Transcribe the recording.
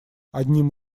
одним